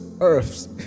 Earth's